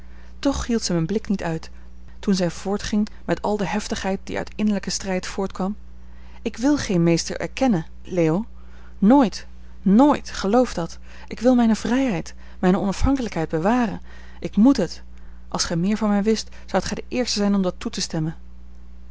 toch hield zij mijn blik niet uit toen zij voortging met al de heftigheid die uit innerlijken strijd voortkwam ik wil geen meester erkennen leo nooit nooit geloof dat ik wil mijne vrijheid mijne onafhankelijkheid bewaren ik moet het als gij meer van mij wist zoudt gij de eerste zijn om dat toe te stemmen